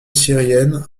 syrienne